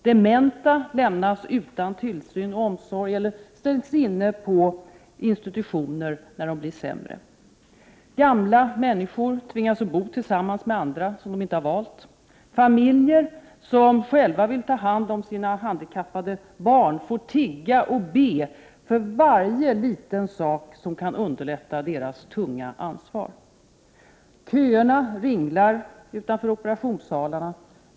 Dementa lämnas utan tillsyn och omsorg eller stängs in på en institution där Prot. 1988/89:59 de blir sämre. Gamla människor tvingas bo tillsammans med andra som de 1 februari 1989 inte valt. —- Familjer, som själva vill ta hand om sina handikappade barn, får tigga och AAEnpORGER deror be för varje liten sak som kan underlätta deras tunga ansvar. —- Köerna ringlar utanför operationssalarna.